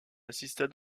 assista